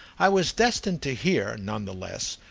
i was destined to hear, none the less,